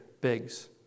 Biggs